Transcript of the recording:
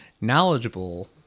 knowledgeable